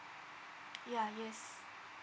ya yes